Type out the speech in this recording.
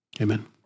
Amen